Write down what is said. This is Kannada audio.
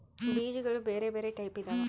ಬೀಜಗುಳ ಬೆರೆ ಬೆರೆ ಟೈಪಿದವ